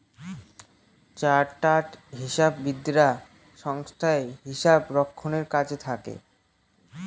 chartered হিসাববিদরা সংস্থায় হিসাব রক্ষণের কাজে থাকে